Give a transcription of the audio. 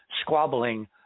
squabbling